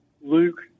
Luke